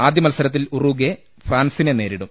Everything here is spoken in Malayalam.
ആദ്യ മത്സരത്തിൽ ഉറുഗ്വെ ഫ്രാൻസിനെ നേരി ടും